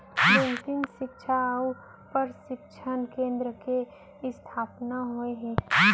banking सिक्छा अउ परसिक्छन केन्द्र के इस्थापना होय हे